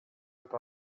einer